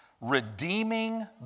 redeeming